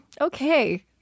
Okay